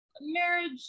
Marriage